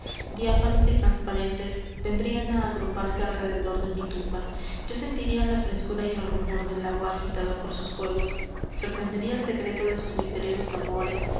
diáfanos y transparentes vendrían á agruparse alrededor de mi tumba yo sentiría la frescura y el rumor del agua agitada por sus juegos sorprendería el secreto de sus misteriosos amores